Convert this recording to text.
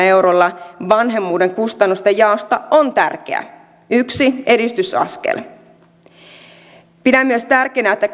eurolla vanhemmuuden kustannusten jaolla se on tärkeä yksi edistysaskel pidän myös tärkeänä että